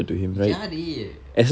ya dey